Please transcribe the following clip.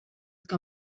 que